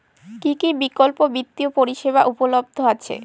কী কী বিকল্প বিত্তীয় পরিষেবা উপলব্ধ আছে?